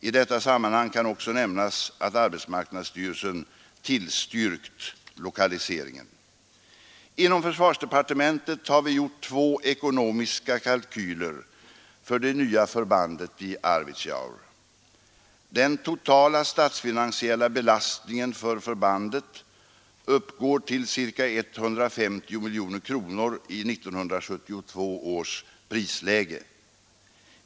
I detta sammanhang kan också nämnas att arbetsmarknadsstyrelsen tillstyrkt lokaliseringen. Inom försvarsdepartementet har vi gjort två ekonomiska kalkyler för det nya förbandet i Arvidsjaur. Den totala statsfinansiella belastningen för förbandet uppgår till ca 150 miljoner kronor i 1972 års prisläge.